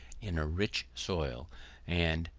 in a rich soil and,